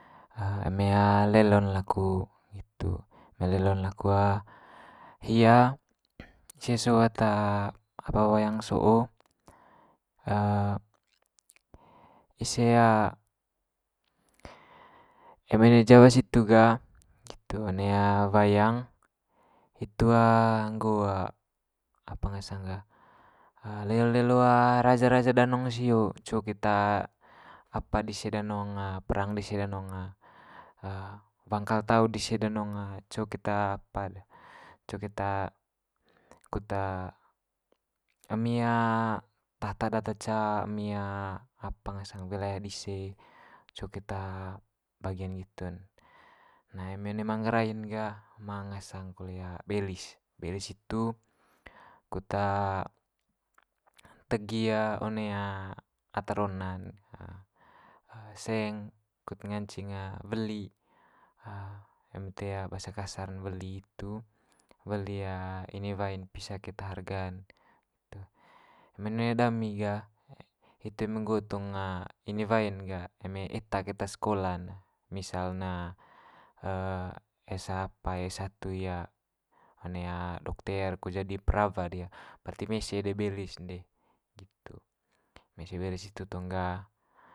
eme lelo'n laku hitu, eme lelo'n laku hia ise so ata apa wayang so'o ise eme one jawa situ ga nggitu one wayang hitu nggo apa ngasang ga lelo lelo raja raja danong sio co keta apa dise danong perang dise danong wangkal tau dise danong co keta apa'd co keta kut emi tahta data ca, emi apa ngasang wilayah dise co keta bagian nggitu'n. Nah eme one manggarai'n ga ma ngasang kole belis, belis hitu kut tegi one ata rona'n seng kut nganceng weli eme toe bahasa kasar ne weli itu weli inewai'n pisa keta harga'n itu. Eme neo dami ga hitu eme nggo tong inewai'n ga eme eta keta sekola'n misal na es apa es satu hia, one dokter ko jadi perawat ia, barti mese de belis'n de, nggitu. Mese belis hitu tong ga.